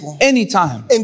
Anytime